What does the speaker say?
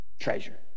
treasure